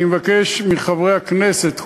אני מבקש מחברי הכנסת,